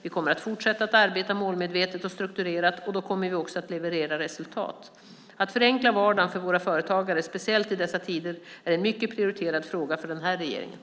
Vi kommer att fortsätta att arbeta målmedvetet och strukturerat. Då kommer vi också att leverera resultat. Att förenkla vardagen för våra företagare, speciellt i dessa tider, är en mycket prioriterad fråga för den här regeringen.